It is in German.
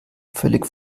völlig